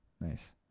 Nice